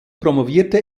promovierte